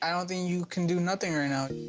i don't think you can do nothing right now.